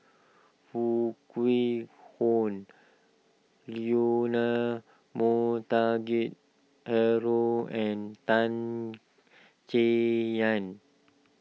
Foo Kwee Horng Leonard Montague Harrod and Tan Chay Yan